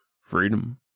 freedom